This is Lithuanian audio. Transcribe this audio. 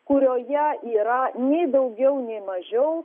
kurioje yra nei daugiau nei mažiau